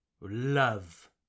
love